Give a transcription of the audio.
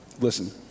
Listen